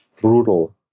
brutal